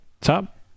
top